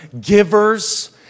Givers